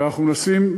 ואנחנו מנסים,